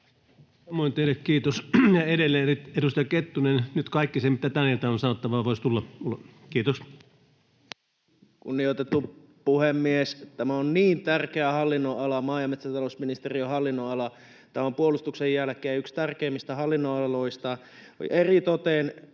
Samoin teille kiitos! — Edelleen, edustaja Kettunen, nyt kaikki se, mitä tänä iltana on sanottavaa, voisi tulla ulos, kiitos. Kunnioitettu puhemies! Tämä on niin tärkeä hallinnon-ala, maa- ja metsätalousministeriön hallinnonala, tämä on puolustuksen jälkeen yksi tärkeimmistä hallinnonaloista